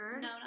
No